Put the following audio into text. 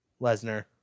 Lesnar